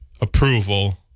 approval